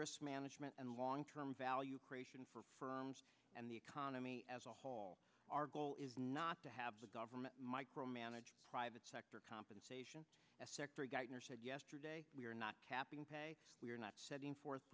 risk management and long term value creation for firms and the economy as a whole our goal is not to have a government micromanaging private sector compensation sector geithner said yesterday we are not capping pay we are not setting forth